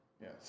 Yes